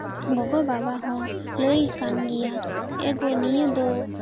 ᱜᱚᱜᱚ ᱵᱟᱵᱟ ᱦᱚ ᱞᱟᱹᱭ ᱟᱠᱟᱱ ᱜᱮᱭᱟ ᱮ ᱜᱚ ᱱᱤᱭᱟᱹ ᱫᱚ